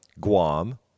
Guam